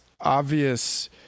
obvious